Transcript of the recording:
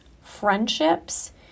friendships